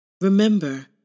Remember